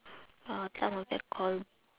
uh some of them cause